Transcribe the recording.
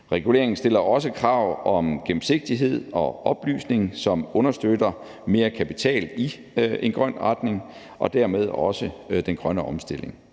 Reguleringen stiller også krav om gennemsigtighed og oplysning, som understøtter mere kapital i en grøn retning og dermed også den grønne omstilling.